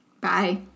Bye